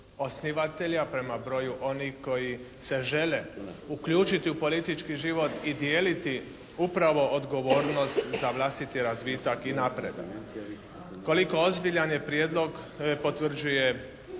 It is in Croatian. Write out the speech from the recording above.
osnivatelja, prema broju onih koji se žele uključiti u politički život i dijeliti upravo odgovornost za vlastiti razvitak i napredak. Koliko ozbiljan je prijedlog potvrđuje